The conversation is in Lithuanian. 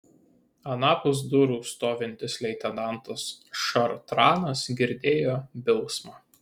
anapus durų stovintis leitenantas šartranas girdėjo bilsmą